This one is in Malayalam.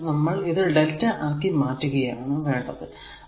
അതായതു നമ്മൾക്ക് ഇത് Δ ആക്കി മാറ്റുകയാണ് വേണ്ടത്